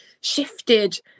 shifted